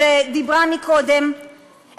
שדיברה קודם,